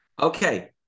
Okay